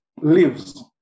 lives